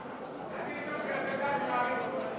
תשמע, אני, אתה יודע, אני מעריך אותך.